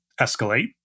escalate